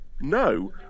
No